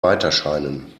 weiterscheinen